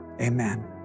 amen